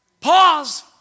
Pause